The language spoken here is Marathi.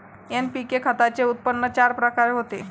एन.पी.के खताचे उत्पन्न चार प्रकारे होते